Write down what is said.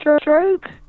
stroke